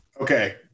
Okay